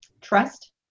trust